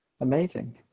Amazing